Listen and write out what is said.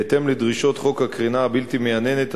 בהתאם לדרישות חוק הקרינה הבלתי-מייננת,